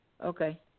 Okay